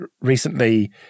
recently